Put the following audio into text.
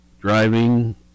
driving